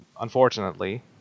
Unfortunately